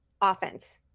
offense